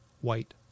white